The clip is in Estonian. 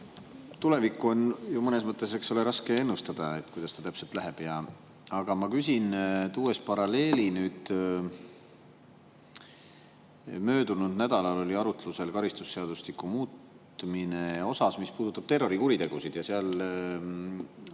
Tulevikku on ju mõnes mõttes raske ennustada, et kuidas see täpselt läheb, aga ma küsin tuues paralleeli. Möödunud nädalal oli arutlusel karistusseadustiku muutmine osas, mis puudutab terrorikuritegusid. Seal